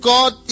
God